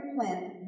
plant